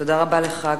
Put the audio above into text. תודה רבה לך,